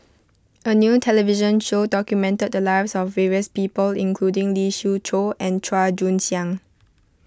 a new television show documented the lives of various people including Lee Siew Choh and Chua Joon Siang